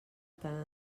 tant